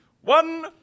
One